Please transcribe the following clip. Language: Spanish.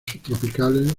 subtropicales